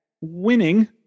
winning